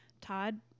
Todd